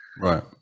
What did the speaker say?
Right